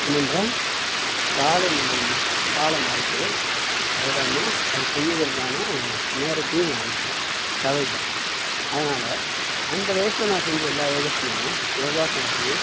ஏனென்றால் காலநிலை மா காலம் மாறிகிட்டு அது இல்லாம அது செய்வதற்கான நேரத்தையும் விட்டுவிட்டன் தவறிவிட்டன் அதனால் அந்த வயசில் நான் செஞ்ச எல்லா யோகாசனையும் யோகாசனத்தையும்